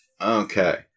Okay